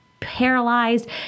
Paralyzed